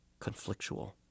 conflictual